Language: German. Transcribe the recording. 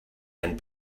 ein